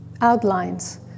Outlines